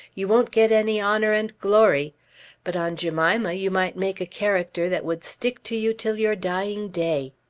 you won't get any honour and glory but on jemima you might make a character that would stick to you till your dying day.